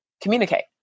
communicate